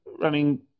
running